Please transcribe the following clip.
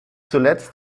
zuletzt